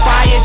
Fire